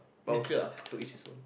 but okay ah to each it's own